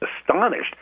astonished